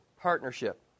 partnership